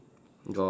got